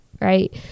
right